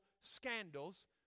scandals